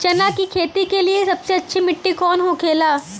चना की खेती के लिए सबसे अच्छी मिट्टी कौन होखे ला?